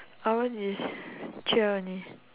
ours is three hour only